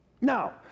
Now